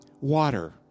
water